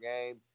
game